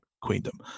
Queendom